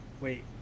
Wait